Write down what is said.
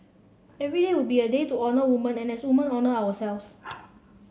every day would be a day to honour women and as women honour ourselves